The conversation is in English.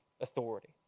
authority